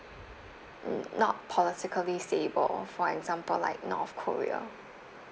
um not politically stable for example like north korea